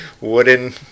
wooden